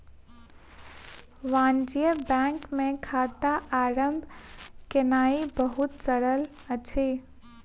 वाणिज्य बैंक मे खाता आरम्भ केनाई बहुत सरल अछि